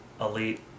elite